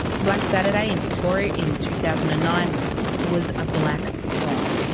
black saturday in victoria in two thousand and nine was a black swan.